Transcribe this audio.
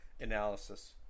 analysis